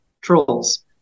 trolls